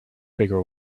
bigger